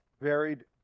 varied